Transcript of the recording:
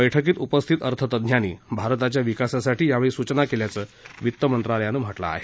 बैठकीत उपस्थित अर्थतज्ज्ञांनी भारताच्या विकासासाठी यावेळी सूचना केल्याचं वित्त मंत्रालयानं म्हटलं आहे